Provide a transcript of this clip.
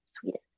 Sweden